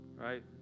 right